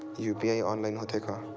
UPI online होथे का?